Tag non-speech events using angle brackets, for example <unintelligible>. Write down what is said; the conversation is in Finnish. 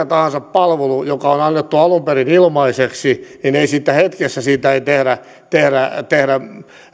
<unintelligible> tahansa palvelusta joka on annettu alun perin ilmaiseksi ei hetkessä tehdä tehdä